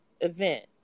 event